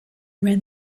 ran